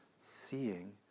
seeing